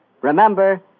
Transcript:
Remember